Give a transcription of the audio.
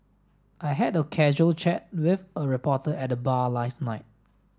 I had a casual chat with a reporter at the bar last night